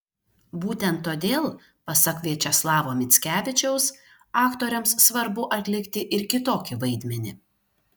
būtent todėl pasak viačeslavo mickevičiaus aktoriams svarbu atlikti ir kitokį vaidmenį